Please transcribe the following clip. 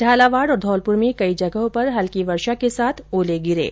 झालावाड़ और धौलपुर में कई जगहों पर हल्की वर्षा के साथ ओले गिरे है